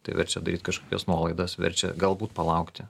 tai verčia daryt kažkokias nuolaidas verčia galbūt palaukti